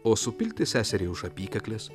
o supilti seseriai už apykaklės